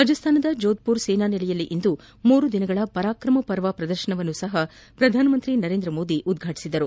ರಾಜಸ್ತಾನದ ಜೋಧ್ಪುರ್ ಸೇನಾ ನೆಲೆಯಲ್ಲಿಂದು ಮೂರು ದಿನಗಳ ಪರಾಕ್ರಮ ಪರ್ವ ಪ್ರದರ್ಶನವನ್ನೂ ಸಹ ಪ್ರಧಾನಮಂತ್ರಿ ನರೇಂದ್ರಮೋದಿ ಉದ್ಘಾಟಿಸಿದರು